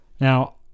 Now